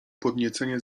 podniecenie